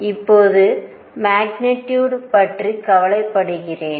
இப்போது மேக்னிடியுடு பற்றி கவலைப்படுகிறேன்